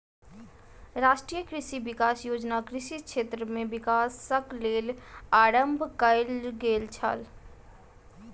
राष्ट्रीय कृषि विकास योजना कृषि क्षेत्र में विकासक लेल आरम्भ कयल गेल छल